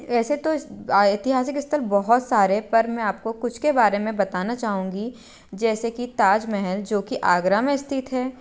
ऐसे तो इस ऐतिहासिक स्थल बहुत सारे हैं पर मैं आपको कुछ के बारे में बताना चाहूँगी जैसे कि ताज महल जो कि आगरा में स्थित है